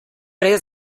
res